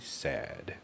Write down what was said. sad